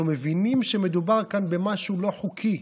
אנחנו מבינים שמדובר כאן במשהו לא חוקי,